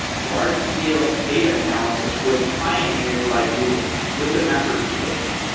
large scale data analysis was pioneered by google with the mapreduce paper.